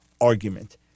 argument